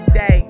day